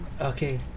okay